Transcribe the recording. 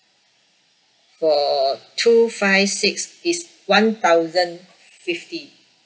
for two five six is one thousand fifty